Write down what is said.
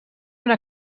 una